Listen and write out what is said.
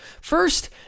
First